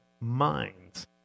minds